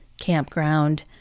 campground